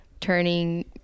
turning